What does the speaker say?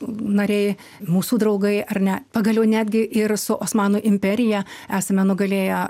nariai mūsų draugai ar ne pagaliau netgi ir su osmanų imperija esame nugalėję